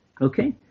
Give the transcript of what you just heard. Okay